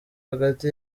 hagati